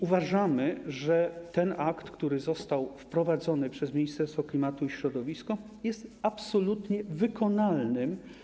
Uważamy, że ten akt, który został wprowadzony przez Ministerstwo Klimatu i Środowiska, jest absolutnie wykonalny.